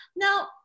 Now